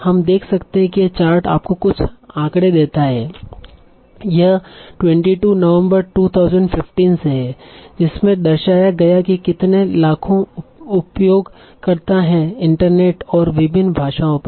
हम देख सकते है कि यह चार्ट आपको कुछ आंकड़े देता है यह 22 नवंबर 2015 से है जिसमे दर्शाया गया है कि कितने लाखों उपयोगकर्ता हैं इंटरनेट और विभिन्न भाषाओं पर